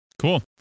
cool